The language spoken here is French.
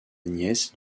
nièce